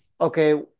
Okay